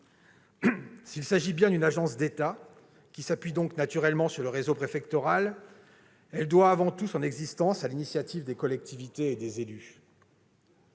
S'il s'agit bien d'une agence d'État, qui s'appuie donc naturellement sur le réseau préfectoral, elle doit avant tout son existence à l'initiative des collectivités et des élus.